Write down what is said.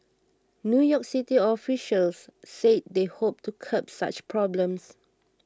New York City officials said they hoped to curb such problems